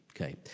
okay